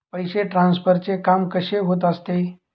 पैसे ट्रान्सफरचे काम कसे होत असते?